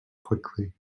quickly